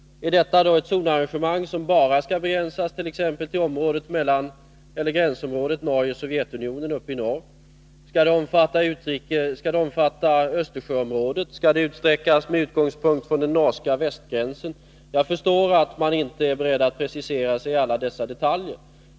Är detta då ett zonarrangemang som skall begränsas till exempelvis gränsområdena mellan Norge och Sovjetunionen uppe i norr, skall det omfatta Östersjöområdet, skall det utsträckas med utgångspunkt i den norska västgränsen? Jag förstår att man inte är beredd att precisera sig i alla dessa detaljer.